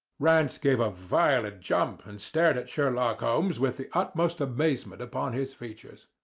rance gave a violent jump, and stared at sherlock holmes with the utmost amazement upon his features.